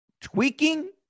tweaking